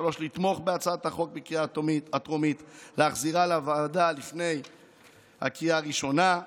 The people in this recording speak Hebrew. לתמוך בהצעת החוק בקריאה הטרומית ולהחזירה לוועדה לפני הקריאה הראשונה.